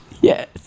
yes